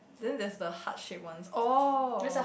then there's the heart shape ones oh